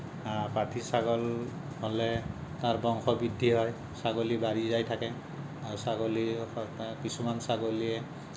পাঠী ছাগল হ'লে তাৰ বংশবৃদ্ধি হয় ছাগলী বাঢ়ি যায় থাকে ছাগলী আৰু কিছুমান ছাগলীয়ে